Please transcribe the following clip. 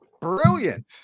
brilliant